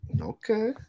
Okay